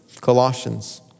Colossians